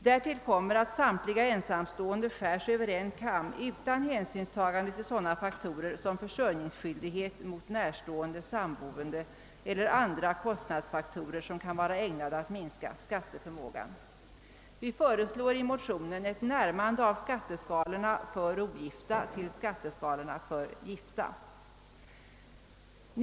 Därtill kommer att samtliga ensamstå ende skärs över en kam utan hänsynstagande till sådana faktorer som försörjningsskyldighet mot närstående samboende eller andra kostnadsfaktorer som kan vara ägnade att minska skatteförmågan. Vi föreslår därför i motionen ett närmande av skatteskalorna för ogifta till skatteskalorna för gifta.